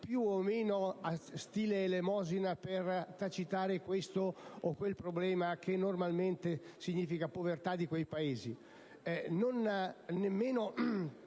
più o meno in stile elemosina per tacitare questo o quel problema, che normalmente significa povertà per quei Paesi,